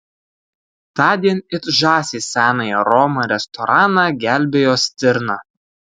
tądien it žąsys senąją romą restoraną gelbėjo stirna